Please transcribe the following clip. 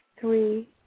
three